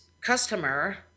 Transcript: customer